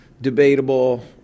debatable